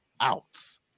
outs